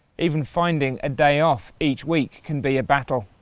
even finding a day off each week can be a battle.